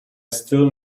still